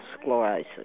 sclerosis